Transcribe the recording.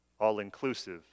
all-inclusive